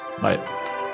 Bye